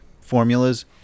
formulas